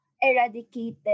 eradicated